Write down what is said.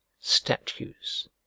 statues